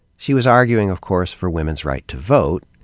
she was arguing, of course, for women's right to vote,